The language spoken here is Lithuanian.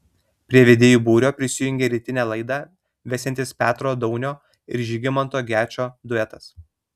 prie vedėjų būrio prisijungė rytinę laidą vesiantis petro daunio ir žygimanto gečo duetas